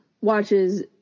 watches